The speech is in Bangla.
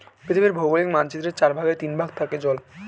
পৃথিবীর ভৌগোলিক মানচিত্রের চার ভাগের তিন ভাগ জল থাকে